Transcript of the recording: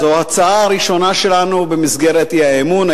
זו ההצעה הראשונה שלנו במסגרת האי-אמון.